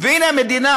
והנה, המדינה